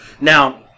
Now